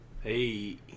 Hey